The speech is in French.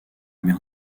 mer